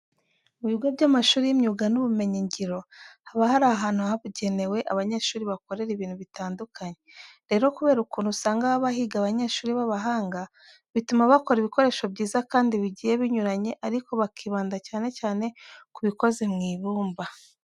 Mu bigo by'amashuri y'imyuga n'ubumenyingiro haba hari ahantu habugenewe abanyeshuri bakorera ibintu bitandukanye. Rero kubera ukuntu usanga haba higa abanyeshuri b'abahanga, bituma bakora ibikoresho byiza kandi bigiye binyuranye ariko bakibanda cyane cyane ku bikoze mu ibumba.